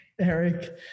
Eric